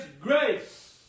grace